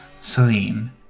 Celine